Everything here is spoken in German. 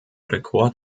rekord